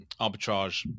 arbitrage